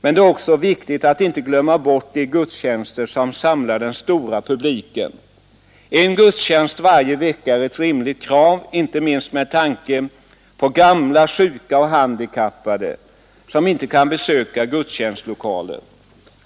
Men det är också viktigt att inte glömma bort de gudstjänster som samlar den stora publiken. En gudstjänst varje vecka är ett rimligt krav, inte minst med tanke på gamla, sjuka och handikappade, som inte kan besöka gudstjänstlokaler.